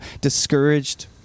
discouraged